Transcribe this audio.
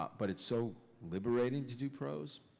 but it's so liberating to do prose.